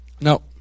No